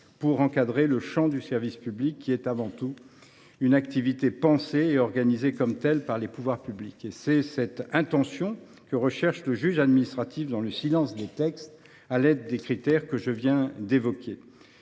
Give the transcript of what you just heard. pour encadrer le champ du service public, qui est avant tout une activité pensée et organisée comme telle par les pouvoirs publics. C’est cette intention que recherche le juge administratif dans le silence des textes, à l’aide des critères que je viens d’évoquer.